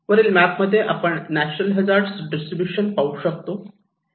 वरील मॅप मध्ये आपण नॅचरल हजार्ड डिस्ट्रीब्यूशन पाहू शकतो